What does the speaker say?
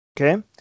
Okay